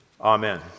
Amen